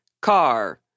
car